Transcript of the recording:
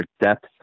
depth